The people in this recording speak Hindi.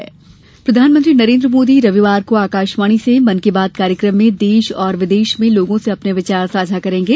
मन की बात प्रधानमंत्री नरेन्द्र मोदी रविवार को आकाशवाणी से मन की बात कार्यक्रम में देश और विदेश में लोगों से अपने विचार साझा करेंगे